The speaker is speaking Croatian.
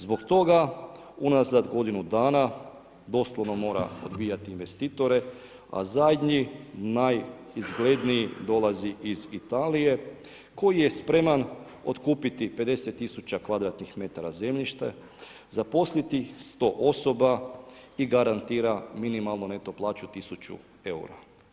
Zbog toga unazad godinu dana, doslovno mora odbijati investitore, a zadnji najizgledniji dolazi iz Italije koji je spreman otkupiti 50 000 kvadratnih metara zemljišta, zaposliti 100 osoba i garantira minimalnu neto plaću 1000 eura.